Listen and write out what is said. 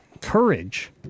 courage